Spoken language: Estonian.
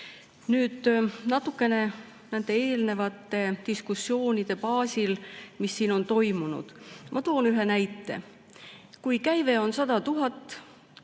toiduaineid. Natukene nende eelnevate diskussioonide baasil, mis siin on toimunud, toon ma ühe näite. Kui käive on 100 000,